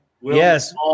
yes